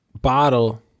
bottle